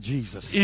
Jesus